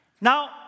Now